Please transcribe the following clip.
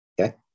Okay